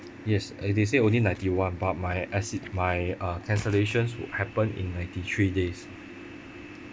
yes uh they say only ninety one but my exit my uh cancellations w~ happen in ninety three days